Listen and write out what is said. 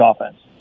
offense